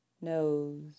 nose